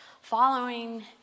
following